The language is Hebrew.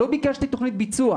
לא ביקשתי תכנית ביצוע.